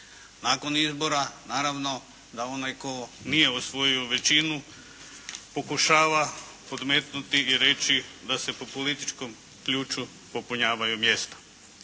nakon izbora naravno da onaj tko nije osvojio većinu, pokušava podmetnuti i reći da se po političkom ključu popunjavaju mjesta.